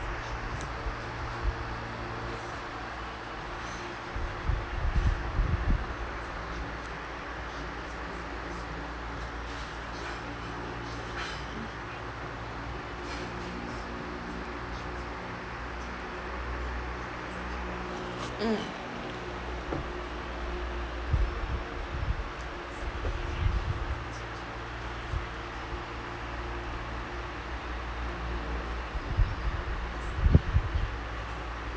mm